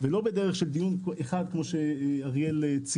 ולא בדרך של דיון אחד כפי שציין כאן אריאל.